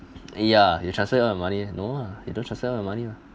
ya you transfer all your money no ah you don't transfer money mah